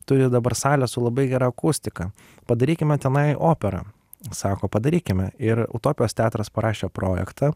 turi dabar salę su labai gera akustika padarykime tenai operą sako padarykime ir utopijos teatras parašė projektą